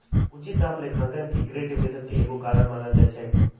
उचित दाम लेखांकन के ग्रेट डिप्रेशन के एगो कारण मानल जाइ छइ